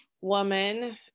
woman